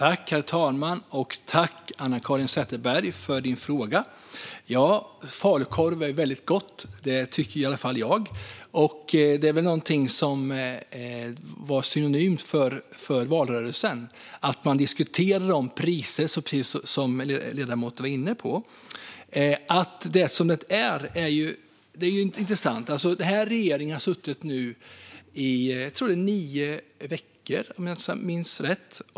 Herr talman! Tack, Anna-Caren Sätherberg, för din fråga! Falukorv är väldigt gott. Det tycker i alla fall jag. Det är väl något som var betecknande för valrörelsen att man diskuterade priser, precis som ledamoten var inne på. Den här regeringen har nu suttit i nio veckor, om jag minns rätt.